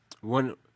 one